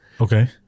Okay